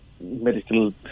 medical